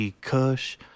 Kush